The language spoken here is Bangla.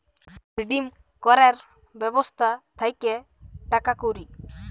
রিডিম ক্যরের ব্যবস্থা থাক্যে টাকা কুড়ি